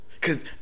Cause